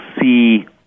see